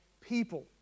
people